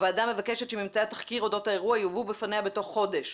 הוועדה מבקשת שממצאי התחקיר אודות האירוע יובאו בפניה בתוך חודש.